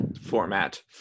Format